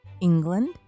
England